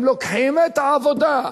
הם לוקחים את העבודה,